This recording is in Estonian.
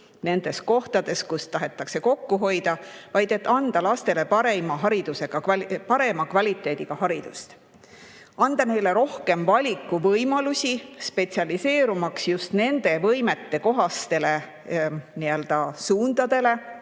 nendes kohtades, kus tahetakse kokku hoida, vaid et anda lastele parema kvaliteediga haridust. Anda neile rohkem valikuvõimalusi spetsialiseerumaks just nende võimetekohastele suundadele,